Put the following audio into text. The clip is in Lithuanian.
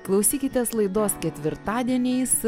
klausykitės laidos ketvirtadieniais